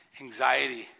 Anxiety